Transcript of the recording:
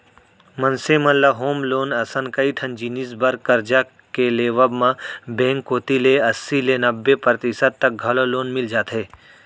मनसे मन ल होम लोन असन कइ ठन जिनिस बर करजा के लेवब म बेंक कोती ले अस्सी ले नब्बे परतिसत तक घलौ लोन मिल जाथे